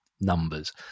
numbers